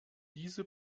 diese